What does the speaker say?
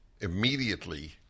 immediately